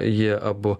jie abu